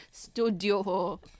studio